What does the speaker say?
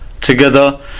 together